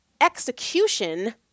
execution